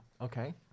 Okay